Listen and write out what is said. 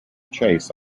chase